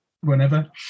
whenever